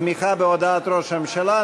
תמיכה בהודעת ראש הממשלה,